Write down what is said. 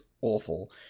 awful